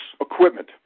equipment